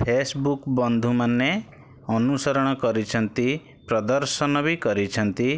Facebook ବନ୍ଧୁମାନେ ଅନୁସରଣ କରିଛନ୍ତି ପ୍ରଦର୍ଶନ ବି କରିଛନ୍ତି